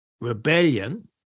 rebellion